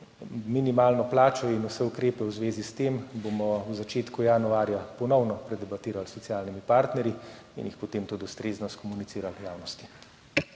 Minimalno plačo in vse ukrepe v zvezi s tem bomo v začetku januarja ponovno predebatirali s socialnimi partnerji in jih potem tudi ustrezno skomunicirali javnosti.